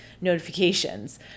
notifications